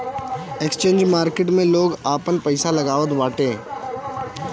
exchange market में लोग आपन पईसा लगावत बाटे